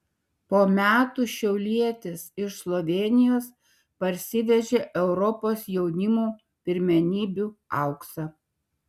po metų šiaulietis iš slovėnijos parsivežė europos jaunimo pirmenybių auksą